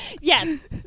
yes